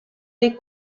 dei